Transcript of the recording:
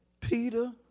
Peter